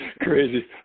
Crazy